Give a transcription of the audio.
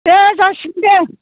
दे जासिगोन दे